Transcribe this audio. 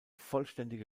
vollständige